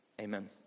Amen